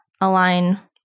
align